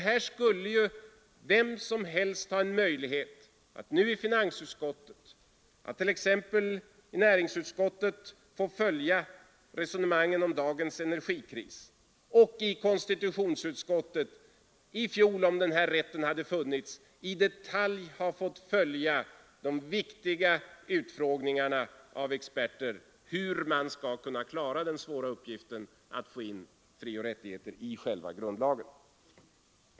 Här skulle ju vem som helst t.ex. i näringsutskottet kunna följa resonemanget om dagens energikris och i konstitutionsutskottet i fjol, om den här rätten hade funnits, i detalj ha kunnat följa de viktiga utfrågningarna av experter om hur man skulle klara den svåra uppgiften att få in frioch rättigheter i själva grundlagen.